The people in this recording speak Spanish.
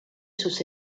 sus